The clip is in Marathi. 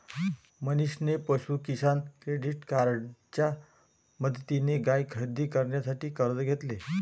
मनीषने पशु किसान क्रेडिट कार्डच्या मदतीने गाय खरेदी करण्यासाठी कर्ज घेतले